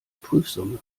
prüfsumme